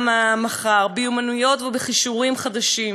המחר במיומנויות ובכישורים חדשים.